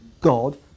God